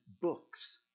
books